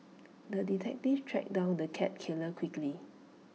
the detective tracked down the cat killer quickly